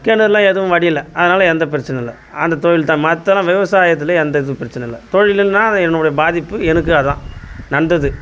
கிணறுலாம் எதுவும் வடியில அதனால எந்த பிரச்சனையும் இல்லை அந்த தொழில் தான் மற்றலாம் விவசாயத்துலயும் எந்த இதுவும் பிரச்சனையும் இல்லை தொழிலுன்னா அது என்னோட பாதிப்பு எனக்கு அதான் நடந்தது